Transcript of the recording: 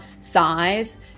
size